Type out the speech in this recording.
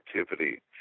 activity